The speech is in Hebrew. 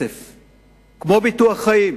כמו ביטוח חיים.